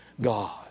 God